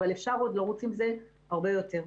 אבל אפשר עוד לרוץ עם זה הרבה יותר.